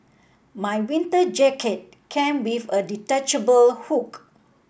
my winter jacket came with a detachable hood